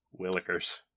Willikers